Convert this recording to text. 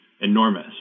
enormous